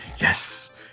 Yes